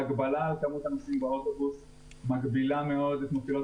ההגבלה על מספר הנוסעים באוטובוס מגבילה מאוד את נסיעות